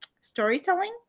storytelling